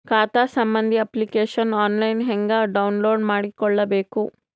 ಖಾತಾ ಸಂಬಂಧಿ application online ಹೆಂಗ್ ಡೌನ್ಲೋಡ್ ಮಾಡಿಕೊಳ್ಳಬೇಕು?